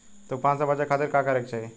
तूफान से बचे खातिर का करे के चाहीं?